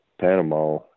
Panama